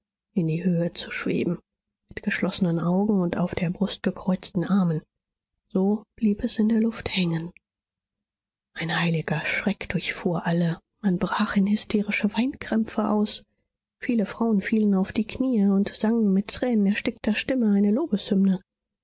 in die höhe zu schweben mit geschlossenen augen und auf der brust gekreuzten armen so blieb es in der luft hängen ein heiliger schreck durchfuhr alle man brach in hysterische weinkrämpfe aus viele frauen fielen auf die kniee und sangen mit tränenerstickter stimme eine